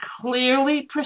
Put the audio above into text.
clearly